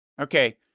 Okay